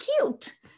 cute